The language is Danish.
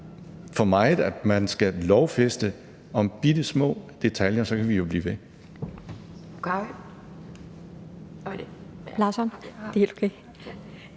for meget, at man skal lovgive om bittesmå detaljer – så kan vi jo blive ved.